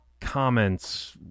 comments